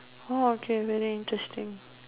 oh okay very interesting